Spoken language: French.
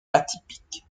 atypique